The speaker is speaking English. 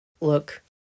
Look